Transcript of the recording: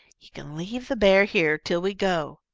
you can leave the bear here till we go.